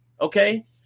Okay